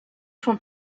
son